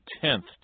tenth